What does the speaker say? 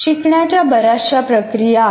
शिकण्याच्या बर्याचशा प्रक्रिया आहेत